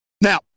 now